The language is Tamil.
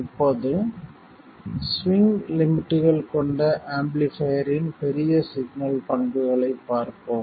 இப்போது ஸ்விங் லிமிட்கள் கொண்ட ஆம்பிளிஃபைர் இன் பெரிய சிக்னல் பண்புகளைப் பார்ப்போம்